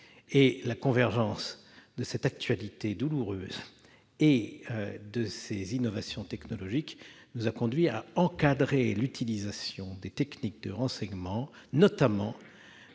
La convergence de cette actualité douloureuse et de ces innovations technologiques nous a conduits à encadrer l'utilisation des techniques de renseignement, notamment